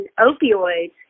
opioids